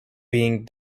being